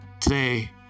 today